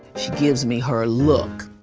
she gives me her look.